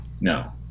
No